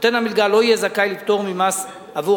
נותן המלגה לא יהיה זכאי לפטור ממס עבור